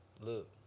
look